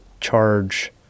charge